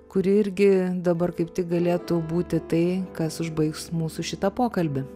kuri irgi dabar kaip tik galėtų būti tai kas užbaigs mūsų šitą pokalbį